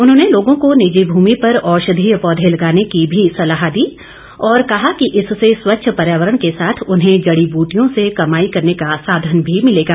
उन्होंने लोगों को निजी भूमि पर औषधीय पौधे लगाने की भी सलाह दी और कहा कि इससे स्वच्छ पर्यावरण के साथ उन्हें जड़ी बूटियों से कमाई करने का साधन भी मिलेगा